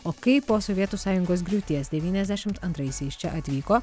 o kaip po sovietų sąjungos griūties devyniasdešim antraisiais čia atvyko